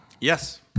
Yes